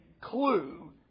clue